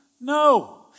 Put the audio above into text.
No